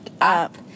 up